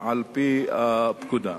על-פי הפקודה.